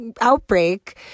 outbreak